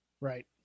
Right